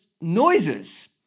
noises